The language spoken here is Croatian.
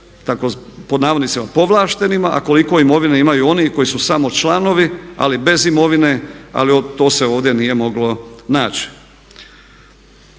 pod navodnicima povlaštenima a koliko imovine imaju oni koji su samo članovi ali bez imovine ali to se ovdje nije moglo naći.